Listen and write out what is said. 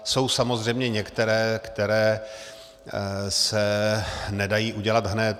Jsou samozřejmě některé, které se nedají udělat hned.